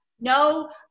no